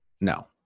no